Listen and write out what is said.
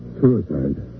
Suicide